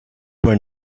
were